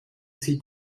sie